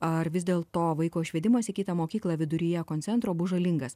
ar vis dėlto vaiko išvedimas į kitą mokyklą viduryje koncentro bus žalingas